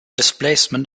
displacement